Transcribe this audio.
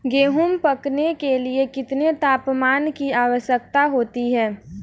गेहूँ पकने के लिए कितने तापमान की आवश्यकता होती है?